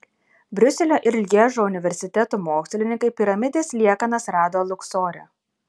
briuselio ir lježo universitetų mokslininkai piramidės liekanas rado luksore